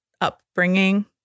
upbringing